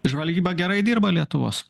žvalgyba gerai dirba lietuvos